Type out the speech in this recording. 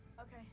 Okay